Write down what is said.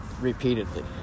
repeatedly